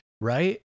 right